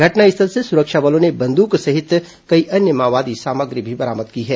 घटनास्थल से सुरक्षा बलों ने बंदूक सहित कई अन्य माओवादी सामग्री बरामद की है